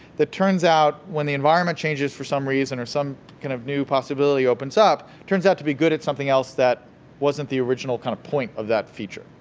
turns out, when the environment changes for some reason or some kind of new possibility opens up, turns out to be good at something else that wasn't the original kind of point of that feature,